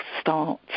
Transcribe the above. start